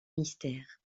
mystère